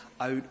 Out